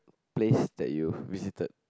place that you visited